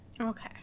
Okay